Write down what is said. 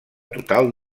total